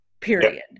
period